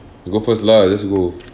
you go first lah just go